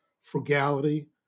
frugality